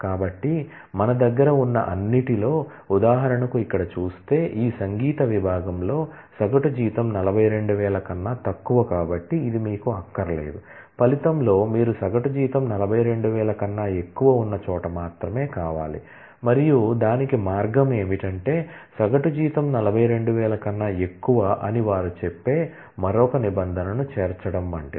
కాబట్టి మన దగ్గర ఉన్న అన్నిటిలో ఉదాహరణకు ఇక్కడ చూస్తే ఈ సంగీత విభాగంలో సగటు జీతం 42000 కన్నా తక్కువ కాబట్టి ఇది మీకు అక్కరలేదు ఫలితంలో మీరు సగటు జీతం 42000 కన్నా ఎక్కువ ఉన్న చోట మాత్రమే కావాలి మరియు దానికి మార్గం ఏమిటంటే సగటు జీతం 42000 కన్నా ఎక్కువ అని వారు చెప్పే మరొక నిబంధనను చేర్చడం వంటిది